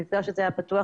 המפגש הזה היה פתוח